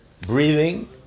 breathing